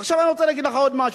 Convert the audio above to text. עכשיו אני רוצה להגיד לך עוד משהו.